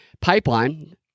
pipeline